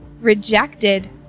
rejected